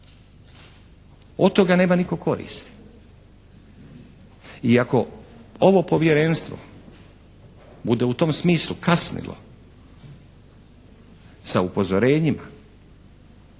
Od toga nema nitko koristi i ako ovo Povjerenstvo bude u tom smislu kasnilo sa upozorenjima,